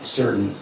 certain